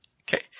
Okay